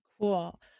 Cool